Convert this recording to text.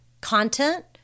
content